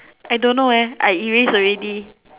I don't know leh I erase already